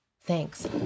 Thanks